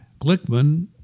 Glickman